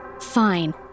Fine